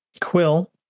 Quill